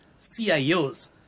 CIOs